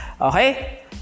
Okay